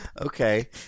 Okay